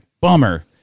bummer